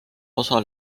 osa